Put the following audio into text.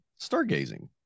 stargazing